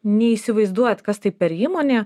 neįsivaizduojat kas tai per įmonė